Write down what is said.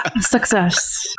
Success